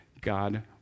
God